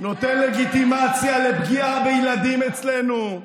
נותן לגיטימציה לפגיעה בילדים אצלנו.